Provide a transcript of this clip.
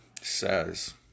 says